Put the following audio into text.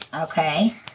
Okay